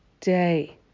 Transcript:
day